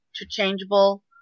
interchangeable